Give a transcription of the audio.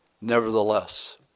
Nevertheless